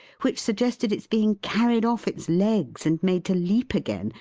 which suggested its being carried off its legs, and made to leap again,